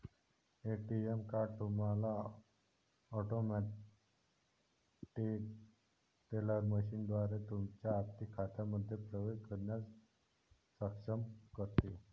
ATM card तुम्हाला automated teller मशीनद्वारे तुमच्या आर्थिक खात्यांमध्ये प्रवेश करण्यास सक्षम करते